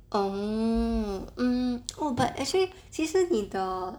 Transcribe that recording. oh um oh but actually 其实你的